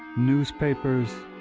newspapers,